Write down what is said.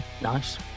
Nice